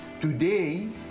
today